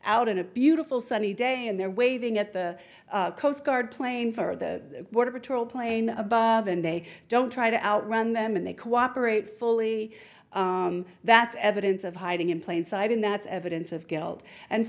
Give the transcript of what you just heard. out in a beautiful sunny day and they're waving at the coast guard plane for the border patrol plane above and they don't try to outrun them and they cooperate fully that's evidence of hiding in plain sight in that's evidence of guilt and